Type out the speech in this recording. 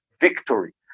victory